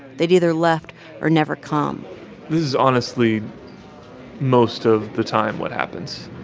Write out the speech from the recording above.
they'd either left or never come this is honestly most of the time what happens